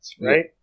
right